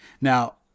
now